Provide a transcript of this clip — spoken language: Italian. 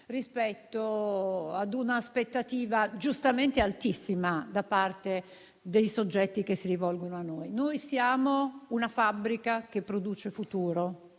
rispetto ad una aspettativa giustamente altissima da parte dei soggetti che si rivolgono a noi. Noi siamo una fabbrica che produce futuro,